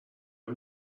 های